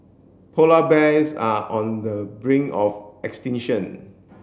polar bears are on the brink of extinction